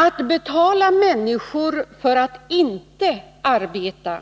Att betala människor för att inte arbeta